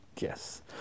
yes